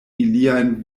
iliajn